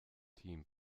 team